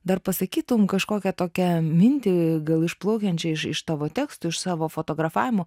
dar pasakytum kažkokią tokią mintį gal išplaukiančią iš tavo tekstų iš savo fotografavimo